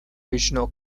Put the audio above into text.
regional